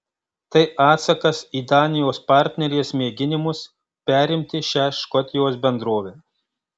tai atsakas į danijos partnerės mėginimus perimti šią škotijos bendrovę